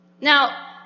Now